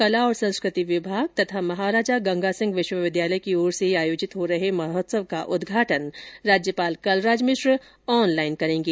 कला और संस्कृति विभाग तथा महाराजा गंगासिंह विश्वविद्यालय की ओर से आयोजित हो रहे महोत्सव का उद्घाटन राज्यपाल कलराज मिश्र ऑनलाइन करेंगे